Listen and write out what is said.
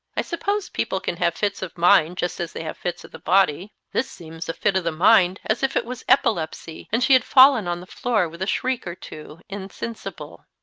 i suppose people can have fits of mind just as they have fits of the body. this seems a fit of the mind, as if it was epilepsy, and she had fallen on the floor with a shriek or two, insensible.